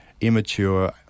immature